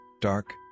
dark